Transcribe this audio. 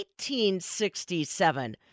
1867